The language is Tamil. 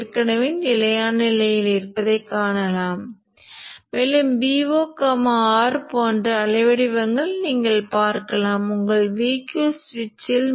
ஏனெனில் சுற்றுக்கு வெளியே உள்ள பகுதி ஒன்றும் இல்லை ஆனால் பக் மாற்றி